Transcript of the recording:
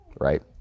right